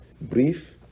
brief